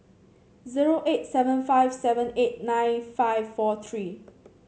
zero eight seven five seven eight nine five four three